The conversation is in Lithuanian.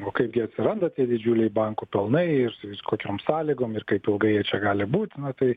o kaipgi atsiranda tie didžiuliai bankų pelnai ir su vis kokiom sąlygom ir kaip ilgai jie čia gali būti nu tai